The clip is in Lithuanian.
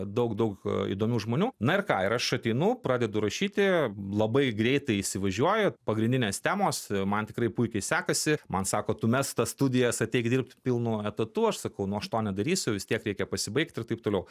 daug daug įdomių žmonių na ir ką ir aš ateinu pradedu rašyti labai greitai įsivažiuoju pagrindinės temos man tikrai puikiai sekasi man sako tu mesk tas studijas ateik dirbt pilnu etatu aš sakau nu aš to nedarysiu vis tiek reikia pasibaigt ir taip toliau